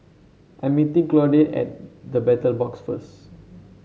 I'm meeting Claudine at The Battle Box first